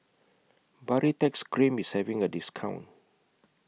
Baritex Cream IS having A discount